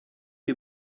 you